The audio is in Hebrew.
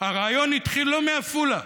הרעיון התחיל לא מעפולה,